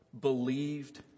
believed